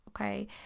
okay